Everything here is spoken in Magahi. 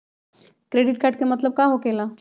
क्रेडिट कार्ड के मतलब का होकेला?